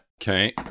Okay